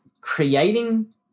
creating